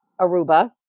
Aruba